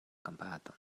kompaton